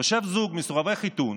יושב זוג מסורב חיתון